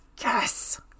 yes